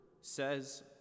says